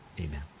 amen